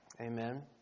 Amen